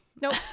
nope